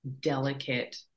delicate